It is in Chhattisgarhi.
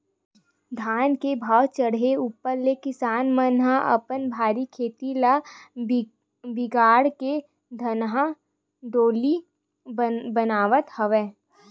धान के भाव चड़हे ऊपर ले किसान मन ह अपन भर्री खेत ल बिगाड़ के धनहा डोली बनावत हवय